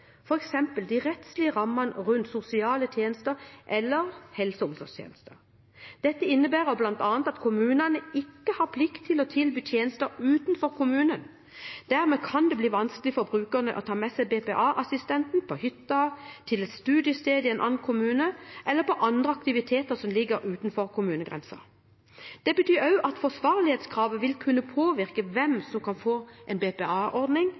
de rettslige rammene rundt sosiale tjenester eller helse- og omsorgstjenester. Dette innebærer bl.a. at kommunene ikke har plikt til å tilby tjenester utenfor kommunen. Dermed kan det bli vanskelig for brukerne å ta med seg BPA-assistenten på hytta, til et studiested i en annen kommune eller på andre aktiviteter som ligger utenfor kommunegrensen. Det betyr også at forsvarlighetskravet vil kunne påvirke hvem som kan få en